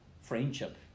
friendship